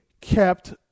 kept